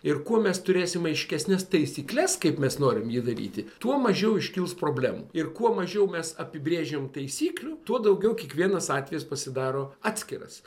ir kuo mes turėsime aiškesnes taisykles kaip mes norim jį daryti tuo mažiau iškils problemų ir kuo mažiau mes apibrėžiam taisyklių tuo daugiau kiekvienas atvejis pasidaro atskiras